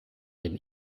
den